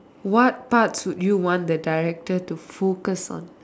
what parts would you want the director to focus on